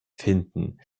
finden